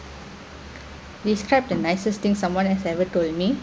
describe the nicest thing someone has ever told me